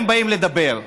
הם באים לדבר,